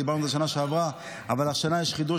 דיברנו על זה בשנה שעברה אבל השנה יש חידוש,